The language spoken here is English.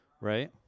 Right